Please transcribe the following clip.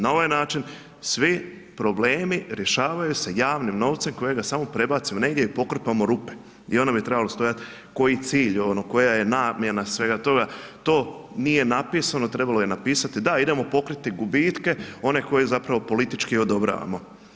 Na ovaj način svi problemi rješavaju se javnim novcem kojega samo prebacimo negdje i pokrpamo rupe i onda nam je trebalo stajati koji cilj, koja je namjena svega toga, to nije napisano, trebalo je napisati, da idemo pokriti gubitke, one koje zapravo politički odobravamo.